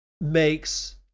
makes